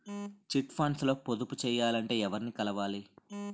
Chit funds లో పొదుపు చేయాలంటే ఎవరిని కలవాలి?